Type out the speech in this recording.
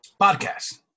podcast